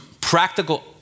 practical